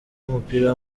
w’umupira